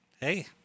Hey